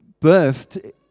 birthed